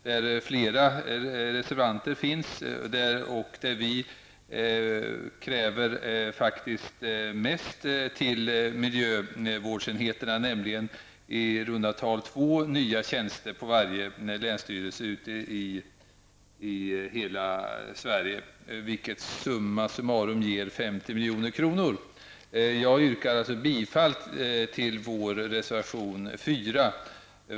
Där finns det flera reservanter som kräver mest till miljövårdsenheterna, nämligen i runda tal två nya tjänster på varje länsstyrelse i hela Sverige. Summa summarum blir det 50 milj.kr. Jag yrkar alltså bifall till reservation 4.